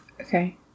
Okay